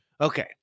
Okay